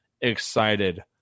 excited